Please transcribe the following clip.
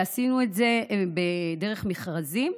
עשינו את זה דרך מכרזים,